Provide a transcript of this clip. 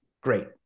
Great